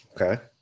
okay